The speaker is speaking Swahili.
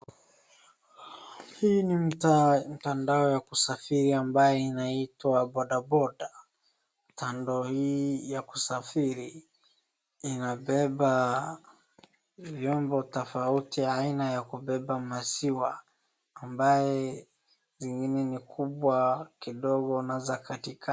Hii ni mtandao ya kusafiri ambaye inaitwa bodaboda. Mtandao hii ya kusafiri inabeba vyombo tofauti aina ya kubeba maziwa ambaye zingine ni kubwa kidogo na za katikati.